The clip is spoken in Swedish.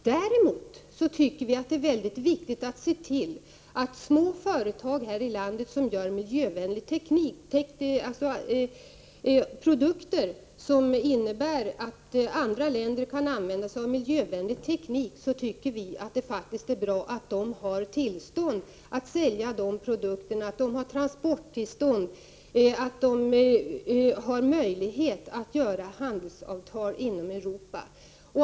Däremot tycker vi att det är mycket viktigt att se till att småföretag här i landet, som gör produkter som innebär att andra länder kan använda sig av miljövänlig teknik, har tillstånd att sälja de produkterna, att de har transporttillstånd och att de har möjlighet att träffa handelsavtal inom Europa.